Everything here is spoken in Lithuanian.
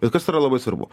bet kas yra labai svarbu